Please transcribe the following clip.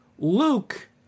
Luke